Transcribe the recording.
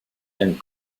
and